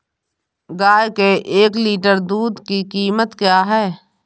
गाय के एक लीटर दूध की कीमत क्या है?